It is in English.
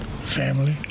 family